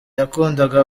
yakundaga